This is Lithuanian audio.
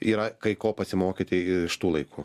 yra ko pasimokyti i iš tų laikų